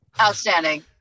Outstanding